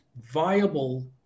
viable